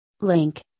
link